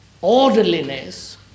orderliness